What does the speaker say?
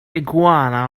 iguana